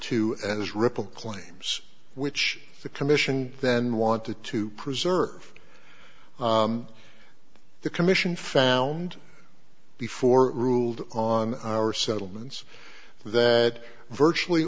to as ripple claims which the commission then wanted to preserve the commission found before ruled on our settlements that virtually